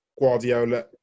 Guardiola